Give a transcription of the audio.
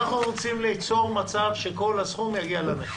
אז אנחנו רוצים ליצור מצב שבו כל הסכום יגיע לנכים.